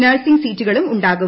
nursing സീറ്റുകളും ഉണ്ടാകും